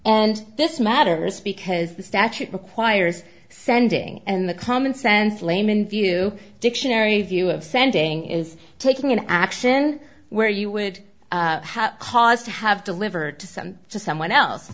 and this matters because the statute requires sending in the common sense layman view dictionary view of sending is taking an action where you would have cause to have delivered to some to someone else